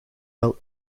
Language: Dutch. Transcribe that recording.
wel